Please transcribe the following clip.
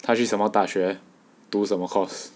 他是什么大学读什么 course